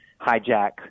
hijack